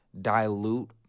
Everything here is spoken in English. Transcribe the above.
dilute